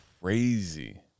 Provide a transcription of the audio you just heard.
crazy